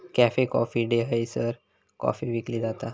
cafe Coffee Day हयसर coffee विकली जाता